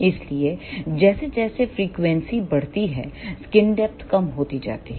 इसलिए जैसे जैसे फ्रीक्वेंसी बढ़ती है स्क्रीन डेपथ कम होती जाती है